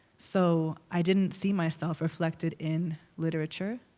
so i didn't see myself reflected in literature.